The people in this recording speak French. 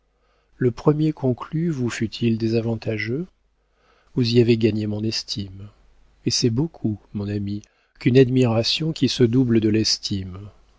le premier conclu vous fut-il désavantageux vous y avez gagné mon estime et c'est beaucoup mon ami qu'une admiration qui se double de l'estime